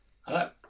Hello